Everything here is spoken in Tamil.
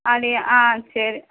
அப்படியா ஆ சரி